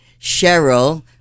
Cheryl